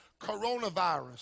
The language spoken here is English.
coronavirus